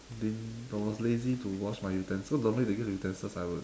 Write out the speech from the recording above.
didn't I was lazy to wash my utensil normally they give utensils I would